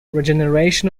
regeneration